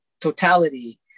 totality